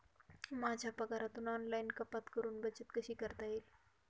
माझ्या पगारातून ऑनलाइन कपात करुन बचत कशी करता येईल?